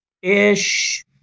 Ish